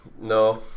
no